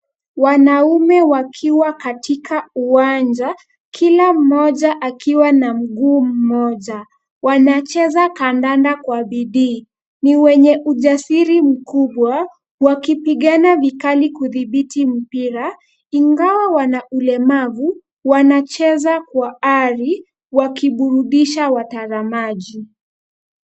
Wanaume wakiwa katika uwanja, kila mmoja akiwa na mguu mmoja. Wanacheza kandanda kwa bidii. Ni wenye ujasiri mkubwa, wakipigana vikali kudhibiti mpira. Ingawa wana ulemavu, wanacheza kwa ari wakiburudisha watazamaji.